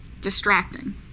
distracting